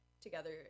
together